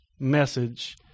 Message